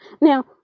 Now